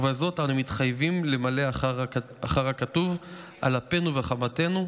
ובזאת אנו מתחייבים למלא אחר הכתוב על אפנו וחמתנו,